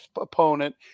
opponent